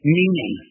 meaning